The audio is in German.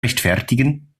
rechtfertigen